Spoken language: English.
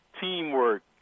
teamwork